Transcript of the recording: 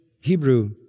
Hebrew